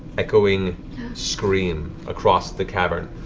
echoing scream across the cavern.